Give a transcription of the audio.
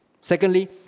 Secondly